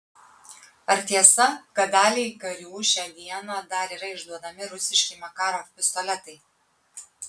ar tiesa kad daliai karių šią dieną dar yra išduodami rusiški makarov pistoletai